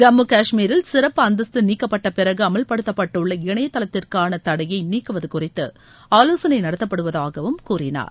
ஜம்மு காஷ்மீரில் சிறப்பு அந்தஸ்து நீக்கப்பட்டபிறகு அமவ்படுத்தப்பட்டுள்ள இணைதளத்திற்கான தடையை நீக்குவது குறித்து ஆலோசனை நடத்தப்படுவதாக கூறினார்